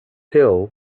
hill